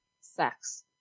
sex